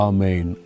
Amen